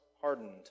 hardened